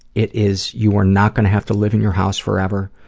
it is, you are not going to have to live in your house forever.